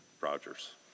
Rogers